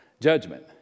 judgment